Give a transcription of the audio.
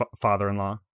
father-in-law